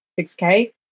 6K